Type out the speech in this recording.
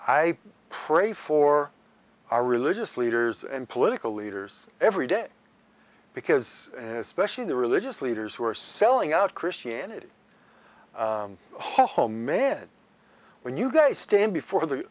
i pray for our religious leaders and political leaders every day because especially the religious leaders who are selling out christianity home and when you guys stand before the